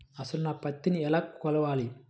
అసలు నా పత్తిని ఎలా కొలవాలి?